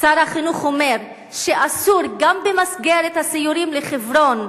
שר החינוך אומר שאסור, גם במסגרת הסיורים לחברון,